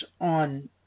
on